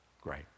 Great